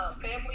Family